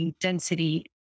density